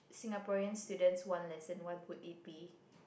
Singaporean students one lesson what would it be